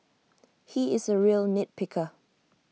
he is A real nit picker